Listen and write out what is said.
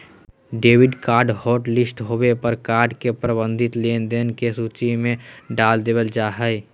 debit card hotlist होबे पर card के प्रतिबंधित लेनदेन के सूची में डाल देबल जा हय